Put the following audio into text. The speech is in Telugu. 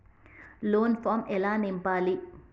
లోన్ ఫామ్ ఎలా నింపాలి?